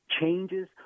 changes